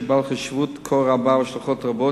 שהוא בעל חשיבות כה רבה והשלכות רבות,